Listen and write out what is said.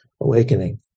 awakening